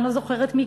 ואני לא זוכרת מי,